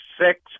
six